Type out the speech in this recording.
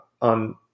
on